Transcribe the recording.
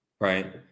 right